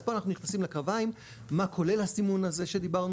אז פה אנחנו נכנסים לקרביים מה כולל הסימון הזה שדיברנו